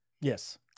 yes